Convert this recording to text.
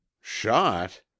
shot